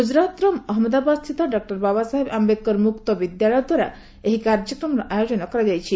ଗୁଜୁରାଟର ଅହମ୍ମଦାବାଦସ୍ଥିତ ଡକୁର ବାବାସାହେବ ଆମ୍ବେଦକର ମୁକ୍ତ ବିଦ୍ୟାଳୟ ଦ୍ୱାରା ଏହି କାର୍ଯ୍ୟକ୍ରମର ଆୟୋଜନ କରାଯାଇଛି